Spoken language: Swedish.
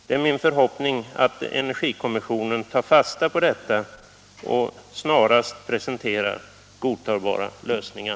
Det är min förhoppning att energikommissionen tar fasta på detta och snarast presenterar godtagbara lösningar.